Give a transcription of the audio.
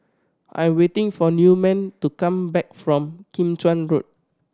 I am waiting for Newman to come back from Kim Chuan Road